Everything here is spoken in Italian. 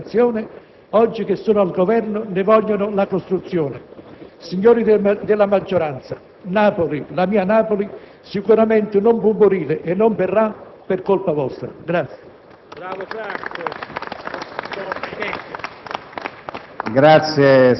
fino ad aizzare la gente per impedirne la realizzazione, oggi che sono al Governo ne vogliano la costruzione. Signori della maggioranza, Napoli, la mia Napoli, sicuramente non può morire e non morrà per colpa vostra.